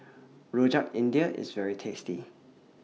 Rojak India IS very tasty